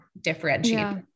differentiate